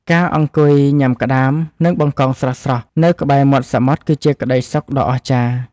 ការអង្គុយញ៉ាំក្ដាម និងបង្កងស្រស់ៗនៅក្បែរមាត់សមុទ្រគឺជាក្ដីសុខដ៏អស្ចារ្យ។